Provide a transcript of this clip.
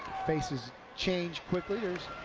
faces change quickly. there's